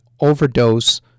overdose